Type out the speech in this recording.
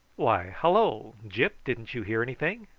why, hallo! gyp, didn't you hear anything?